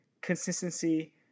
consistency